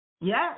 Yes